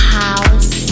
house